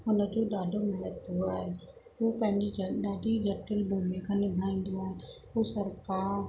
हुन जो ॾाढो महत्व आहे हू पंहिंजी ज ॾाढी जटिल भूमिका निभाईंदो आहे हू सरकार